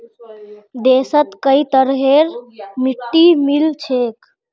देशत कई तरहरेर मिट्टी मिल छेक